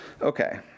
Okay